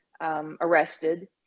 arrested